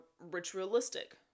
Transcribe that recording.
ritualistic